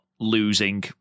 losing